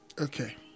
Okay